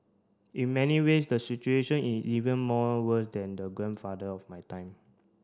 in many ways the situation in even more worse than the grandfather of my time